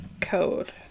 code